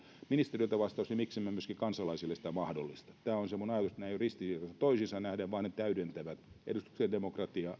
ministeriltä vastaus niin miksemme myöskin kansalaisille sitä mahdollista tämä on se minun ajatukseni nämä eivät ole ristiriidassa toisiinsa nähden vaan edustuksellinen demokratia ja suora demokratia